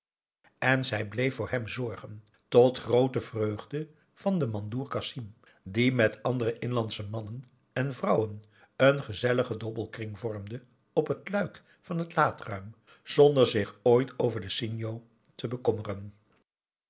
en zij bleef voor hem zorgen tot groote vreugde van den mandoer kasim die met andere inlandsche mannen en vrouwen een gezelligen dobbelkring vormde op het luik van het laadruim zonder zich ooit over den sinjo te bekommeren